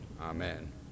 Amen